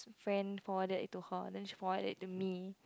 friend forwarded it to her then she forward it to me